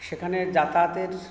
সেখানে যাতায়াতের